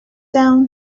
down